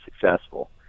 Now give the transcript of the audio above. successful